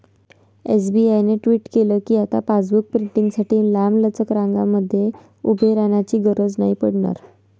SBI ने tweet केल कीआता पासबुक प्रिंटींगसाठी लांबलचक रंगांमध्ये उभे राहण्याची गरज नाही पडणार